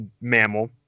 mammal